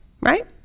right